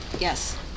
Yes